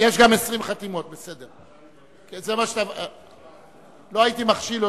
סיעת מרצ וחברי הכנסת ג'מאל זחאלקה וחנין זועבי לא נתקבלה.